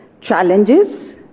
challenges